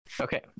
okay